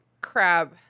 crab